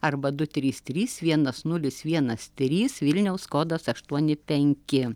arba du trys trys vienas nulis vienas trys vilniaus kodas aštuoni penki